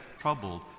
Troubled